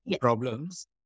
problems